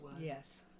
Yes